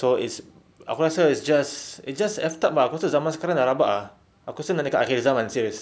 so it's aku rasa it's just it's just effed up ah aku rasa zaman sekarang dah rabak ah aku rasa nak dekat akhir zaman serious